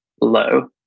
low